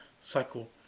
cycle